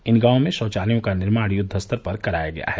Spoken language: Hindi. इन गांवों में शौचालयों का निर्माण युद्व स्तर पर कराया गया है